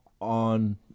on